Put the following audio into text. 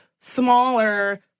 smaller